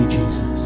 Jesus